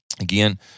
Again